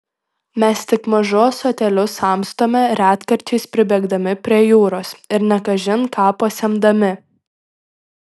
mes tik mažu ąsotėliu samstome retkarčiais pribėgdami prie jūros ir ne kažin ką pasemdami